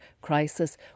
crisis